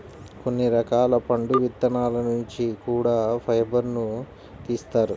కొన్ని రకాల పండు విత్తనాల నుంచి కూడా ఫైబర్ను తీత్తారు